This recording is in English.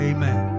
Amen